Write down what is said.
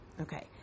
Okay